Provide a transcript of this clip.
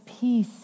peace